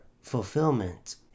fulfillment